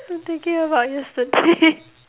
I'm thinking about yesterday